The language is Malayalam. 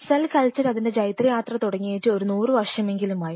സെൽ കൾച്ചർ അതിൻറെ ജൈത്രയാത്ര തുടങ്ങിയിട്ട് ഒരു നൂറ് വർഷമെങ്കിലും ആയി